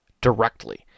directly